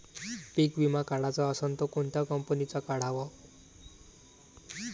पीक विमा काढाचा असन त कोनत्या कंपनीचा काढाव?